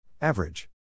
Average